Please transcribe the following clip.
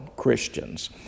Christians